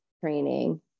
training